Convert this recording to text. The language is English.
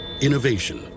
Innovation